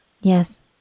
Yes